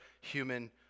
human